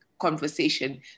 conversation